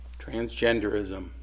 Transgenderism